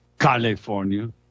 California